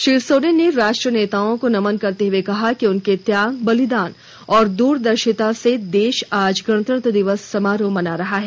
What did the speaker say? श्री सोरेन ने राष्ट्र नेताओं को नमन करते हुए कहा कि उनके त्याग बलिदान और दूरदर्शिता से देश आज गणतंत्र दिवस समारोह मना रहा है